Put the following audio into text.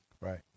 right